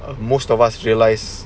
as most of us realize